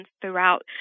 throughout